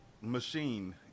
machine